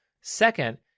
Second